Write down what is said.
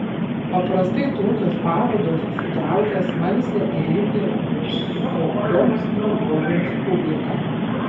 paprastai tokios parodos sutraukia smalsią ir imlią visokioms naujovėms publiką